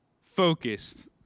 focused